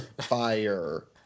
fire